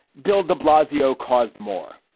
bill de blasio caused more.